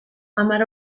hamar